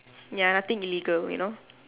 ya nothing illegal you know